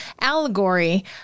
allegory